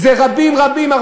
זה רבים רבים,